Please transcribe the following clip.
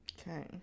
Okay